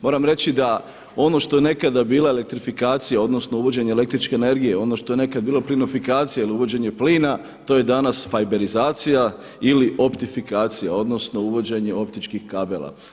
Moram reći da ono što je nekad bila elektrifikacija odnosno uvođenje električne energije, ono što je nekad bila plinofikacija ili uvođenje plina to je danas fajberizacija ili optifikacija odnosno uvođenje optičkih kabela.